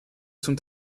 sont